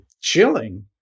chilling